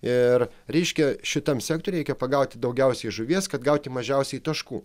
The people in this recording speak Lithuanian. ir reiškia šitam sektoriuj reikia pagauti daugiausiai žuvies kad gauti mažiausiai taškų